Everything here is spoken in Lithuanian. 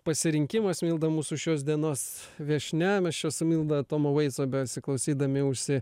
pasirinkimas milda mūsų šios dienos viešnia mes čia su milda tomo vaico besiklausydami užsi